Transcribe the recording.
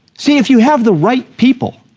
see, if you have the right people